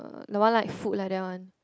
the one like food like that one